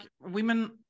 women